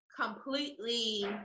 completely